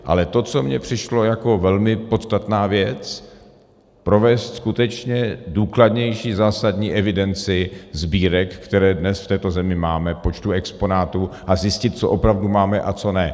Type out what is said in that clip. Ale to, co mně přišlo jako velmi podstatná věc, provést skutečně důkladnější, zásadnější evidenci sbírek, které dnes v této zemi máme, počtu exponátů a zjistit, co opravdu máme a co ne.